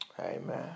Amen